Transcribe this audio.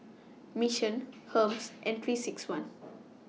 Mission Hermes and three six one